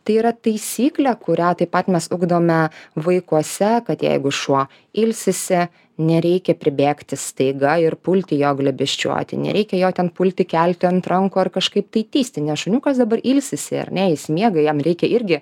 tai yra taisyklė kurią taip pat mes ugdome vaikuose kad jeigu šuo ilsisi nereikia pribėgti staiga ir pulti jo glėbesčiuoti nereikia jo ten pulti kelti ant rankų ar kažkaip tai tįsti nes šuniukas dabar ilsisi ar ne jis miega jam reikia irgi